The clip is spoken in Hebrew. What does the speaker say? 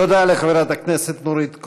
תודה לחברת הכנסת נורית קורן.